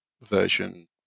version